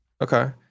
Okay